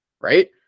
right